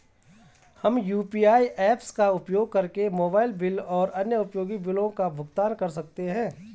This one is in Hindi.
हम यू.पी.आई ऐप्स का उपयोग करके मोबाइल बिल और अन्य उपयोगी बिलों का भुगतान कर सकते हैं